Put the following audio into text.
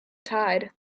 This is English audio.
tide